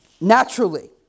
Naturally